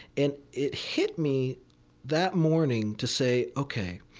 and it hit me that morning to say, ok,